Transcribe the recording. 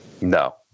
No